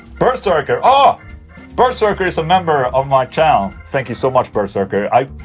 berserker ah berserker is a member of my channel, thank you so much berserker, i.